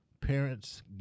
parents